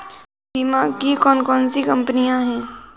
बीमा की कौन कौन सी कंपनियाँ हैं?